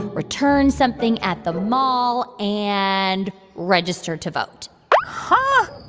return something at the mall and register to vote huh?